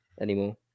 anymore